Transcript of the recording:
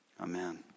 amen